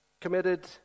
committed